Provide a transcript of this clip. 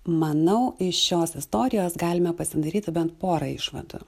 manau iš šios istorijos galime pasidaryti bent porą išvadų